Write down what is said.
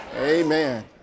Amen